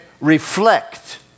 reflect